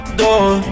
door